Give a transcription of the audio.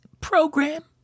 program